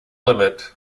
limit